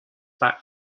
bat